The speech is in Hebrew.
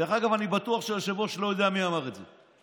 אני בטוח שהיושב-ראש לא יודע מי אמר את זה.